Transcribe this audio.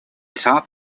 top